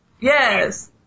yes